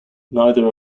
neither